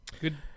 Good